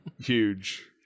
huge